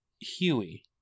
Huey